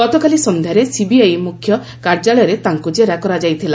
ଗତକାଲି ସନ୍ଧ୍ୟାରେ ସିବିଆଇ ମୁଖ୍ୟ କାର୍ଯ୍ୟାଳୟରେ ତାଙ୍କୁ ଜେରା କରାଯାଇଥିଲା